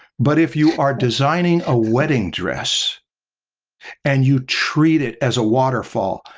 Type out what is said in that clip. but if you are designing a wedding dress and you treat it as a waterfall,